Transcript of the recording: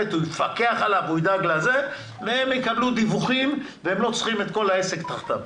והוא יפקח עליו והם יקבלו דיווחים והם לא צריכים את כלל העסק תחתיו.